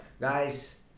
guys